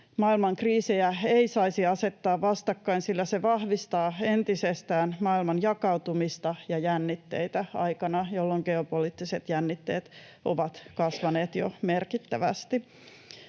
Maailman kriisejä ei saisi asettaa vastakkain, sillä se vahvistaa entisestään maailman jakautumista ja jännitteitä aikana, jolloin geopoliittiset jännitteet ovat kasvaneet jo merkittävästi.